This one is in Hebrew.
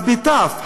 אז בתי"ו,